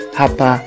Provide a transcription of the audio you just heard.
hapa